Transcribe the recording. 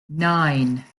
nine